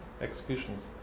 executions